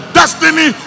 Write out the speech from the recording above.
destiny